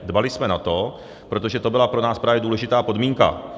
Dbali jsme na to, protože to byla pro nás právě důležitá podmínka.